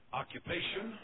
occupation